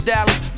Dallas